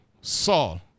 Saul